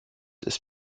ist